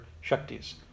Shakti's